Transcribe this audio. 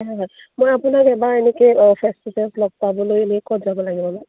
হয় হয় মই আপোনাক এবাৰ এনেকৈ ফেছ টু ফেছ লগ পাবলৈ এনেই ক'ত যাব লাগিব মেম